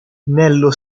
nello